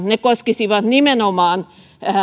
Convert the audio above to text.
ne koskisivat nimenomaan